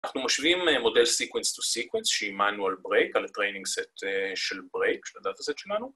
‫אנחנו משווים מודל סקווינס טו סקווינס, ‫שאימנו על ברייק, ‫על הטריינינג סט של ברייק, ‫של הדאטאסט שלנו.